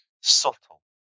Subtle